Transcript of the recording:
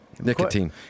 Nicotine